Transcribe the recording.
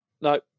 No